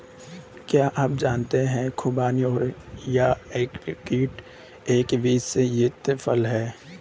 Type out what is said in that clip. क्या आप जानते है खुबानी या ऐप्रिकॉट एक बीज से युक्त फल है?